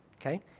Okay